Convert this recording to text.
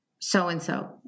so-and-so